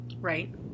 Right